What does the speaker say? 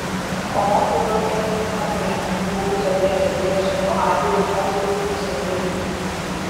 o gal turėjo įtariamąjį apgyvendinti buvusio vsd šefo arvydo pociaus buto svetainėje